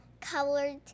colored